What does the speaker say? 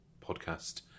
podcast